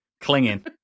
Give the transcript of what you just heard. clinging